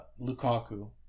lukaku